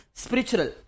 spiritual